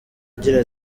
agira